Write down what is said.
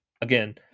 again